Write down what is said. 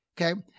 Okay